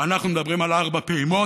אנחנו מדברים על ארבע פעימות,